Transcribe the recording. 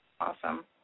Awesome